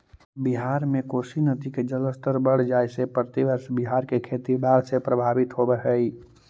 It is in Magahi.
बिहार में कोसी नदी के जलस्तर बढ़ जाए से प्रतिवर्ष बिहार के खेती बाढ़ से प्रभावित होवऽ हई